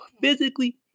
physically